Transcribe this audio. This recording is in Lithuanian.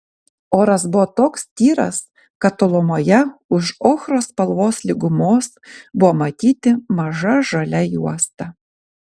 oras buvo toks tyras kad tolumoje už ochros spalvos lygumos buvo matyti maža žalia juosta